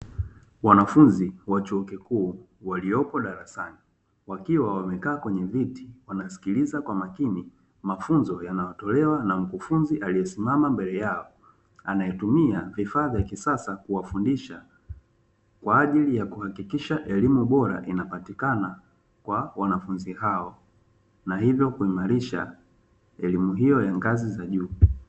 Wanafunzi wa chuo kikuu waliopo darasani, wakiwa wamekaa kwenye viti wanasikiliza kwa makini mafunzo yanayotolewa na mkufunzi aliye simama mbele yao, anayetumia vifaa vya kisasa kuwafundisha kwa ajili ya kuhakikisha elimu bora inapatikana kwa wanafunzi hao, na hivyo kuimarisha elimu hiyo ya ngazi za juu.